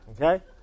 Okay